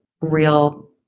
real